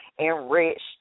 enriched